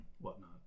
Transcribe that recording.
whatnot